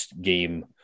game